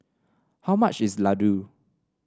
how much is Ladoo